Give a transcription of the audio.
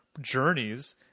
journeys